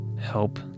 help